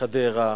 חדרה,